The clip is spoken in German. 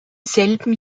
selben